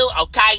okay